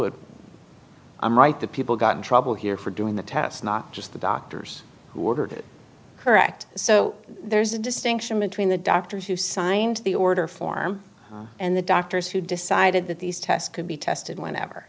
it i'm right that people got in trouble here for doing the tests not just the doctors who ordered it correct so there's a distinction between the doctors who signed the order form and the doctors who decided that these tests could be tested whenever